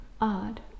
odd